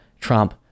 Trump